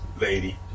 lady